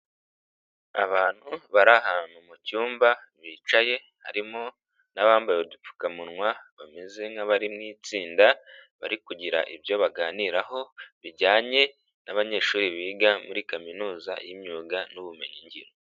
Abantu bari ahantu mu cyumba bicaye harimo n'abambaye udupfukamunwa bameze nk'abari mu itsinda bari kugira ibyo baganiraho bijyanye n'abanyeshuri biga muri kaminuza y'imyuga n'ubumenyingiro.